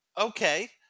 Okay